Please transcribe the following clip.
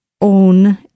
own